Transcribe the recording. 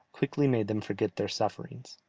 quickly made them forget their sufferings.